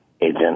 agent